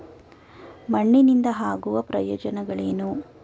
ಮಣ್ಣಿನಿಂದ ಆಗುವ ಪ್ರಯೋಜನಗಳೇನು?